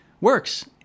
works